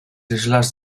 islas